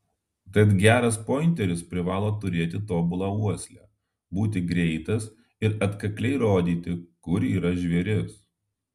tad geras pointeris privalo turėti tobulą uoslę būti greitas ir atkakliai rodyti kur yra žvėris